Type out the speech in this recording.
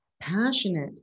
passionate